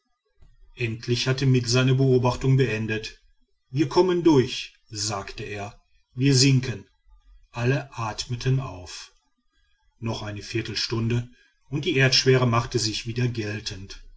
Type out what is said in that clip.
endlich hatte mitt seine beobachtung beendet wir kommen durch sagte er wir sinken alle atmeten auf noch eine viertelstunde und die erdschwere machte sich wieder geltend